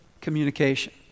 communication